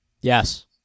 yes